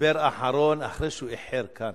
דיבר אחרון, אחרי שהוא איחר לכאן.